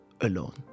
alone